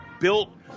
built